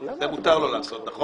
ואתה רוצה לנמק גם את השניה?